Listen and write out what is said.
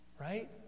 Right